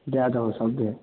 दए दहो सभे